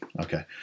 okay